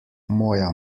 moja